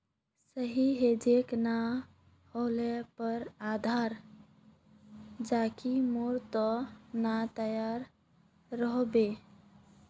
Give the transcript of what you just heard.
सही हेजिंग नी ह ल पर आधार जोखीमेर त न तैयार रह बो